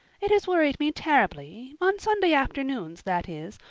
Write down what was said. it has worried me terribly on sunday afternoons, that is,